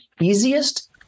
easiest